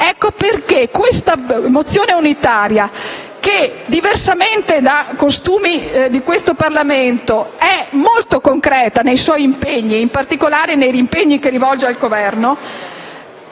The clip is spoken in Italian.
Ecco perché questo ordine del giorno unitario, che diversamente dai costumi di questo Parlamento, è molto concreto nei suoi impegni e, in particolare, in quelli che rivolge al Governo,